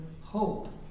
hope